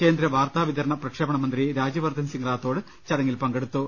കേന്ദ്ര വാർത്താവിതരണ പ്രക്ഷേപണ മുന്ത്രി രാജ്യവർദ്ധൻ സിങ് റാത്തോഡ് ചടങ്ങിൽ പങ്കെടുത്തു